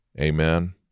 Amen